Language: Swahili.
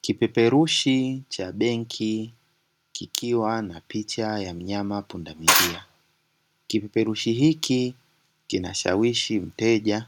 Kipeperushi cha benki kikiwa na picha ya mnyama ya punda milia. Kipeperushi hiki kinamshawishi mteja